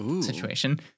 situation